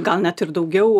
gal net ir daugiau